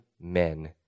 men